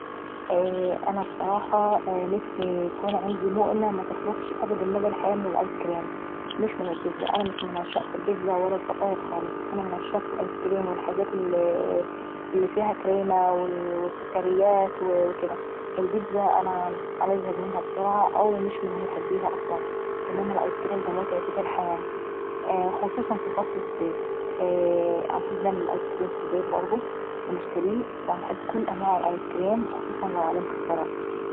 انا بصراحة نفسي يكون عندي مؤنة متخلصشي ابدا من الآيس كريم مش من البتزا، أنا مش من عشاق البيتزا ولا باحبها خالص. انا من عشاق الالآيس كريم والحاجات اللي فيها كريمة وسكريات وكديه. البيتزا انا بازهق منها بسرعة او مش من محبيها أصلا.. إنما الايس كريم دا متعتي في الحياة، خصوصا في فصل الصيف. باحب نعمل الايس كريم في البيت برضو ونشتريه خصوصا لو عليه مكسرات.